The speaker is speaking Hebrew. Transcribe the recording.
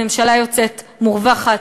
הממשלה יוצאת מורווחת,